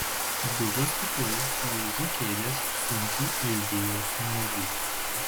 dužo stiklai lūžo kėdės sunkiai aidėjo smūgiai